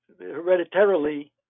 hereditarily